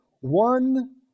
one